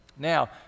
Now